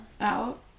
out